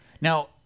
Now